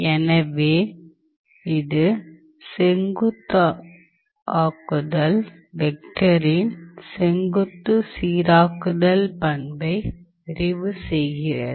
எனவே இது செங்குத்தாக்குதல் வெக்டரின் செங்குத்து சீராக்குதல் பண்பை நிறைவு செய்கிறது